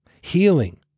Healing